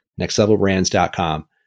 nextlevelbrands.com